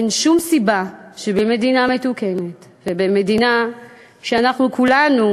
אין שום סיבה שבמדינה מתוקנת ובמדינה שאנחנו כולנו